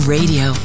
Radio